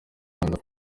rwanda